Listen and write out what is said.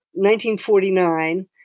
1949